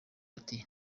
ati